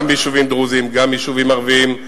גם ביישובים דרוזיים וגם ביישובים ערביים,